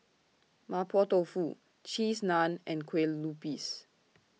Mapo Tofu Cheese Naan and Kue Lupis